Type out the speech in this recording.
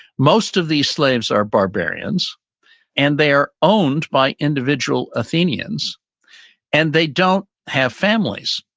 most of the slaves are barbarians and they are owned by individual athenians and they don't have families,